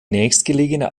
nächstgelegene